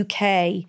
UK